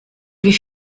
wie